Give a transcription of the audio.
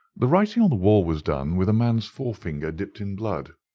the writing on the wall was done with a man's forefinger dipped in blood.